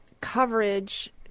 coverage